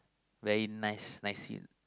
very nice nice in